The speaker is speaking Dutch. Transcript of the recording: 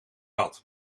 had